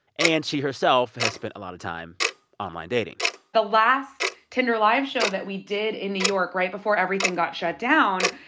and she herself has spent a lot of time online dating the last tinder live show that we did in new york right before everything got shut down,